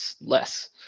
less